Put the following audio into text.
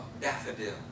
daffodil